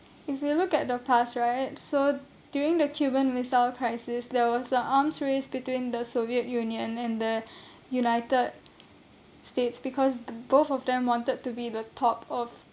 if you look at the past right so during the cuban missile crisis there was an arms race between the soviet union and the united states because both of them wanted to be the top of